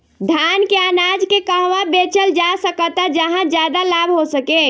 धान के अनाज के कहवा बेचल जा सकता जहाँ ज्यादा लाभ हो सके?